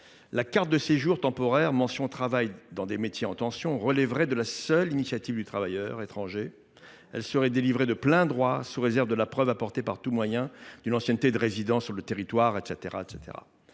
la carte de séjour temporaire mention “travail dans des métiers en tension” relèverait de la seule initiative du travailleur étranger. Elle serait délivrée de plein droit sous réserve de la preuve, apportée par tout moyen, d’une ancienneté de résidence sur le territoire